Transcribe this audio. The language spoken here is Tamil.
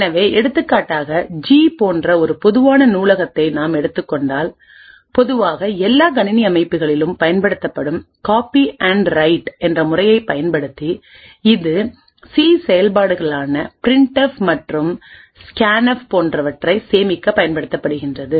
எனவே எடுத்துக்காட்டாக ஜி போன்ற ஒரு பொதுவான நூலகத்தை நாம் எடுத்துக்கொண்டால் பொதுவாக எல்லா கணினி அமைப்புகளிலும் பயன்படுத்தப்படும் காப்பி அண்ட் ரைட் என்ற முறையை பயன்படுத்திஇது சி செயல்பாடுகளான பிரிண்ட்எஃப் மற்றும் ஸ்கேன்எஃப் போன்றவற்றை சேமிக்க பயன்படுத்தப்படுகின்றது